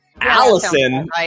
Allison